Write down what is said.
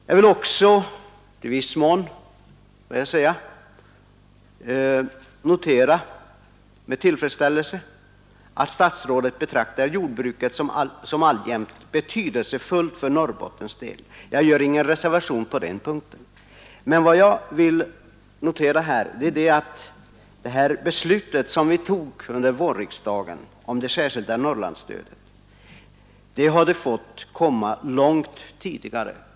Jag vill också med tillfredsställelse konstatera att statsrådet betraktar jordbruket såsom alltjämt betydelsefullt för Norrbottens del. Vad jag vill framhålla är att det beslut som vi tog under vårriksdagen om det särskilda Norrlandsstödet borde ha kommit långt tidigare.